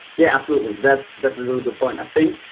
yeah, absolutely, that's that's a really good point. i think,